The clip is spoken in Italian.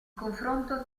confronto